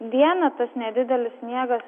dieną tas nedidelis sniegas